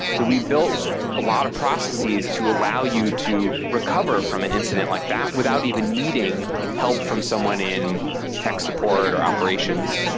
so we built a lot of processes to allow you to recover from an incident like that without even needing help from someone in tech support or operations,